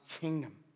kingdom